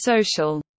social